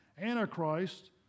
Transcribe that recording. Antichrist